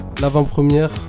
l'avant-première